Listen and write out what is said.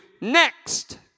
next